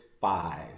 five